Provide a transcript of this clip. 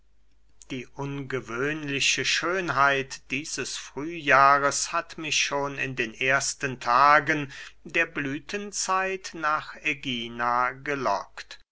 die ungewöhnliche schönheit dieses frühjahres hat mich schon in den ersten tagen der blüthenzeit nach ägina gelockt